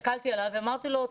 הסתכלתי עליו ואמרתי לו,